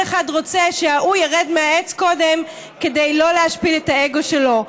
כל אחד רוצה שההוא ירד מהעץ קודם כדי לא להשפיל את האגו שלו.